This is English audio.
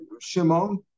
Shimon